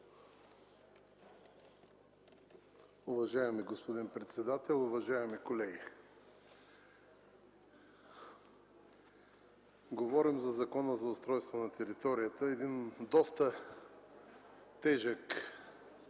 Уважаеми господин председател, уважаеми колеги! Говорим за Закона за устройство на територията – един доста тежък